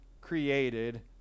created